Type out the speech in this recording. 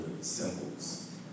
symbols